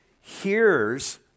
hears